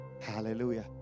Hallelujah